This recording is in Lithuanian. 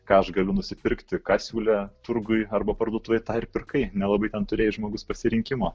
ką aš galiu nusipirkti ką siūlė turguj arba parduotuvėe tą ir pirkai nelabai ten turėjai žmogus pasirinkimo